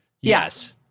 Yes